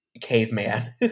caveman